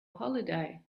holiday